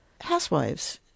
housewives